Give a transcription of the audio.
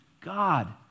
God